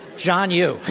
john yoo.